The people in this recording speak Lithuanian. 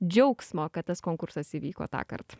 džiaugsmo kad tas konkursas įvyko tąkart